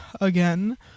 again